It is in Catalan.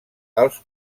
els